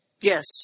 Yes